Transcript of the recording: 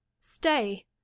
Stay